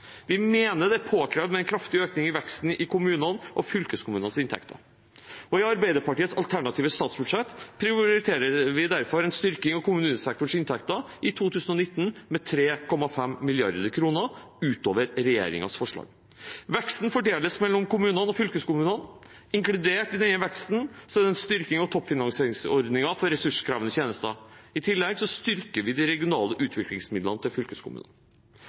Vi mener det er påkrevd med en kraftig økning i veksten i kommunenes og fylkeskommunenes inntekter. I Arbeiderpartiets alternative statsbudsjett prioriterer vi derfor en styrking av kommunesektorens inntekter i 2019 med 3,5 mrd. kr utover regjeringens forslag. Veksten fordeles mellom kommunene og fylkeskommunene. Inkludert i denne veksten er en styrking av toppfinansieringsordningen for ressurskrevende tjenester. I tillegg styrker vi de regionale utviklingsmidlene til fylkeskommunene.